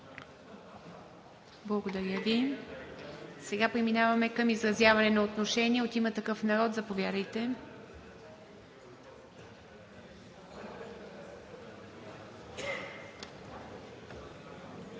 Благодаря Ви. Сега преминаваме към изразяване на отношение от „Има такъв народ“. Заповядайте.